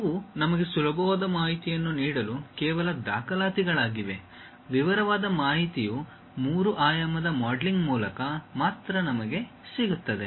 ಇವು ನಮಗೆ ಸುಲಭವಾದ ಮಾಹಿತಿಯನ್ನು ನೀಡಲು ಕೇವಲ ದಾಖಲಾತಿಗಳಾಗಿವೆ ವಿವರವಾದ ಮಾಹಿತಿಯು ಮೂರು ಆಯಾಮದ ಮಾಡೆಲಿಂಗ್ ಮೂಲಕ ಮಾತ್ರ ನಮಗೆ ಸಿಗುತ್ತದೆ